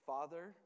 Father